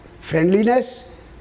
friendliness